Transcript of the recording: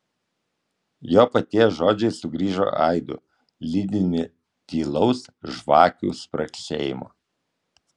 jo paties žodžiai sugrįžo aidu lydimi tylaus žvakių spragsėjimo